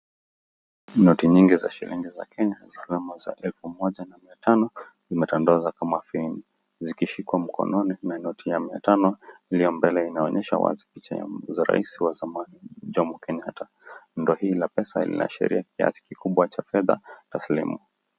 Noti nyingi za shilingi ya kenya za alama za elfu moja na mia tano zimetandazwa kwa umakini, zikishikwa mkononi na noti ya mia tano iliyo mbele inaonyesha wazi picha ya mzee rais wa zamani Jomo Kenyatta. Bunda hii ya pesa linaashiria kiasi kikubwa cha fedha taslimu.